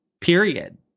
period